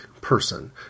person